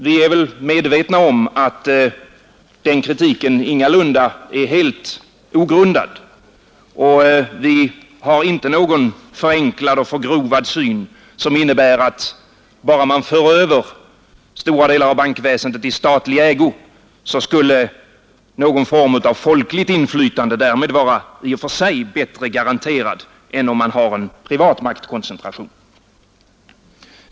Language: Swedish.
Vi är medvetna om att den kritiken ingalunda är helt ogrundad, och vi har inte någon förenklad och förgrovad syn, som innebär att bara man för över stora delar av bankväsendet i statlig ägo skulle någon form av folkligt inflytande därmed vara i och för sig bättre garanterad än om man har en privat maktkoncentration.